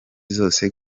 zose